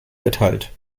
erteilt